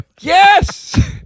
Yes